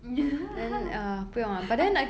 I